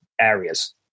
Areas